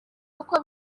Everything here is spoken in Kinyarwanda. uko